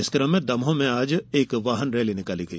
इस कम में दमोह में आज एक वाहन रैली निकाली गई